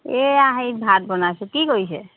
এইয়া হেৰি ভাত বনাইছোঁ কি কৰিছে